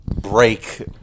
break